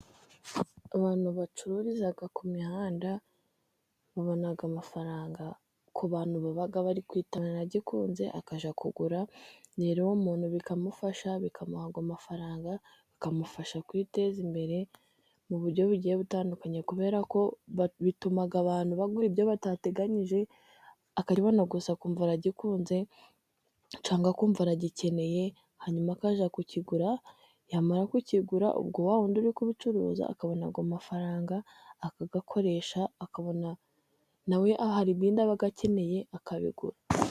Abantu bacururiza ku mihanda babona amafaranga ku bantu baba bari kwitana nagikunze akajya kugura umuntu bikamufasha bikamuha amafaranga akamufasha kwiteza imbere mu buryo bugiye butandukanye ,kubera ko bituma abantu bagura ibyo batateganyije akakibona gusa akumva aragikunze ,cyangwa akumva aragikeneye, hanyuma akajya kukigura yamara kukigura ubwo wa wundi uri ku bicuruza akabona amafaranga akayakoresha akabona na we ahari ibindi aba akeneye akabigura.